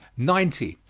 ninety.